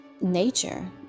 nature